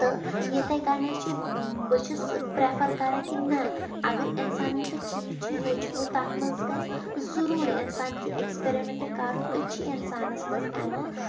تہٕ یِتھٕے کَنٮ۪تھ چھِ بہٕ چھس پرٛیفَر کَران کہِ نہ اگر اِنسانَن کانٛہہ چیٖز چھِ ہیٚوچھمُت تَتھ منٛز گژھِ ضٔروٗر اِنسان کینٛہہ ایکٕسپیرِمینٛٹ کَرُن أتھۍ چھِ اِنسانَن یِوان